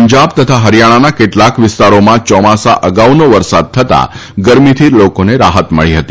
પંજાબ તથા હરીયાણાના કેટલાક વિસ્તારોમાં ચોમાસા અગાઉનો વરસાદ થતા ગરમીથી લોકોને રાહત મળી હતી